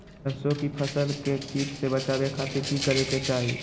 सरसों की फसल के कीट से बचावे खातिर की करे के चाही?